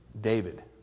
David